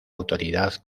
autoridad